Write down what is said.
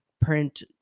print